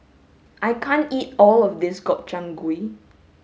I can't eat all of this Gobchang gui